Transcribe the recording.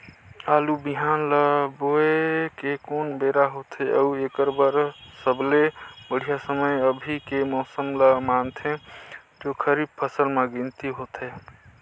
आलू बिहान ल बोये के कोन बेरा होथे अउ एकर बर सबले बढ़िया समय अभी के मौसम ल मानथें जो खरीफ फसल म गिनती होथै?